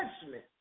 judgment